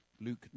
Luke